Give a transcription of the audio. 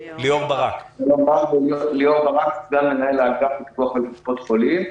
אני סגן מנהל האגף לפיקוח על קופות החולים.